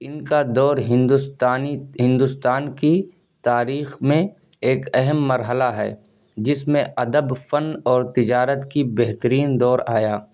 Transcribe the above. ان کا دور ہندوستانی ہندوستان کی تاریخ میں ایک اہم مرحلہ ہے جس میں ادب فن اور تجارت کی بہترین دور آیا